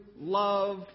love